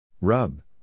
Rub